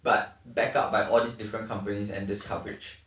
but backed up by all these different companies and this coverage